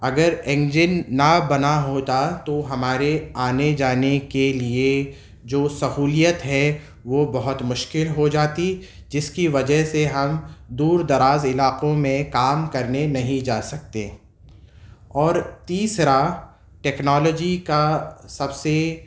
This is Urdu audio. اگر انجن نہ بنا ہوتا تو ہمارے آنے جانے کے لیے جو سہولیت ہے وہ بہت مشکل ہو جاتی جس کی وجہ سے ہم دور دراز علاقوں میں کام کرنے نہیں جا سکتے اور تیسرا ٹیکنالوجی کا سب سے